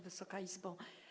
Wysoka Izbo!